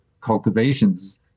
cultivations